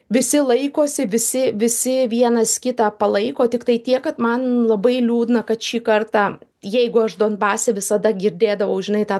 visi laikosi visi visi vienas kitą palaiko tiktai tiek kad man labai liūdna kad šį kartą jeigu aš donbase visada girdėdavau žinai tą